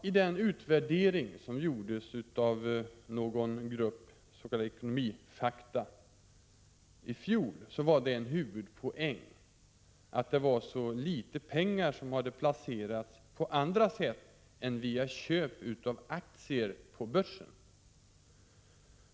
I den utvärdering som gjordes i fjol av någon grupp som kallades Ekonomifakta var det en huvudpoäng att så litet pengar hade placerats på andra sätt än genom köp av aktier på börsen.